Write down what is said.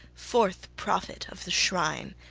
fourth prophet of the shrine,